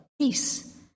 peace